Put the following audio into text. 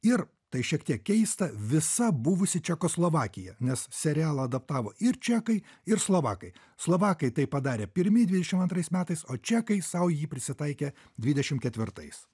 ir tai šiek tiek keista visa buvusi čekoslovakija nes serialą adaptavo ir čekai ir slovakai slovakai tai padarė pirmi dvidešim antrais metais o čekai sau jį prisitaikė dvidešim ketvirtais